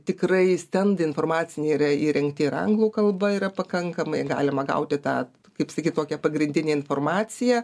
tikrai stendai informaciniai yra įrengti ir anglų kalba yra pakankamai galima gauti tą kaip sakyt tokią pagrindinę informaciją